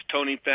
Tony